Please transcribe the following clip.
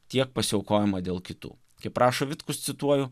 tiek pasiaukojimą dėl kitų kaip rašo vitkus cituoju